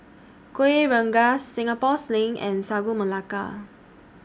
Kuih Rengas Singapore Sling and Sagu Melaka